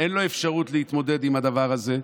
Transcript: אין לו אפשרות להתמודד עם הדבר הזה,